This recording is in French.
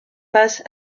face